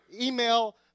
email